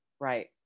Right